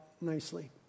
nicely